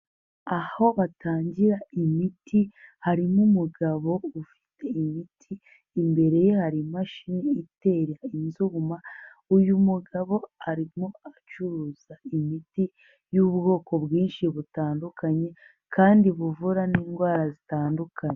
Aho batangira imiti harimo umugabo ufite imiti, imbere ye hari imashini itera inzuma, uyu mugabo arimo acuruza imiti y'ubwoko bwinshi butandukanye kandi buvura n'indwara zitandukanye.